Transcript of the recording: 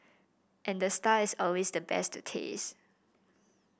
and the star is always the best to taste